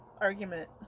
Argument